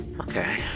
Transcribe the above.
Okay